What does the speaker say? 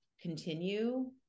continue